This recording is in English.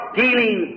dealing